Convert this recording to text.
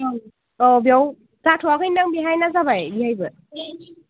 औ बेयाव जाथ'आखैनोदां बेहाय ना जाबाय बेहायबो